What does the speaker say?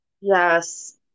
Yes